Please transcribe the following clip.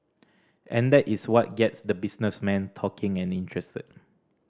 and that is what gets the businessmen talking and interested